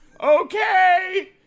Okay